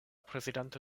prezidanto